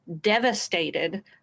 devastated